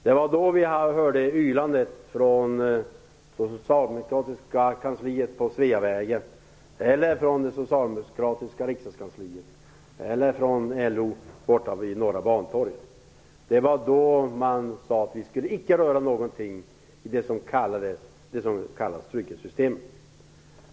Det var då vi hörde ylandet från det socialdemokratiska kansliet på Sveavägen, från den socialdemokratiska riksdagskansliet eller från LO borta vid Norra Bantorget. Det var då man sade att vi icke skulle röra någonting i de s.k. trygghetssystemen.